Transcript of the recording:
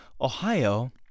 Ohio